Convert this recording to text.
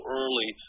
early